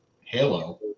Halo